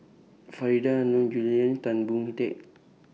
Faridah Hanum Julian Tan Boon Teik